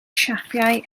siapau